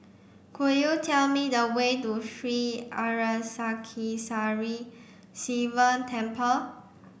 could you tell me the way to Sri Arasakesari Sivan Temple